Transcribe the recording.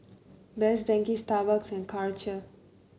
Best Denki Starbucks and Karcher